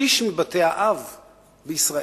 שליש מבתי-האב בישראל,